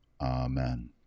Amen